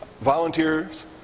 Volunteers